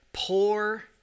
poor